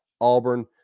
Auburn